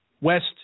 West